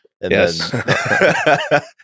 Yes